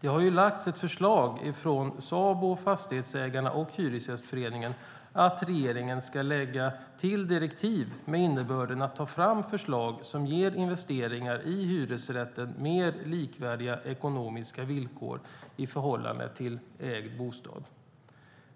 Det har lagts fram ett förslag från Sabo, Fastighetsägarna och Hyresgästföreningen att regeringen ska lägga till direktiv med innebörden att ta fram förslag som ger investeringar i hyresrätter mer likvärdiga ekonomiska villkor i förhållande till ägd bostad.